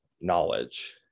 knowledge